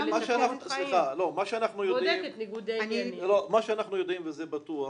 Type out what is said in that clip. מה שאנחנו יודעים וזה בטוח,